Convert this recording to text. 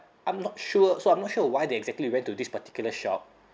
I'm not sure so I'm not sure why they exactly went to this particular shop